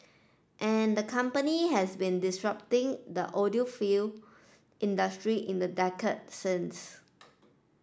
and the company has been disrupting the audiophile industry in the decade since